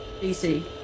DC